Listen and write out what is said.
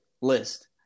list